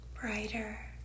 brighter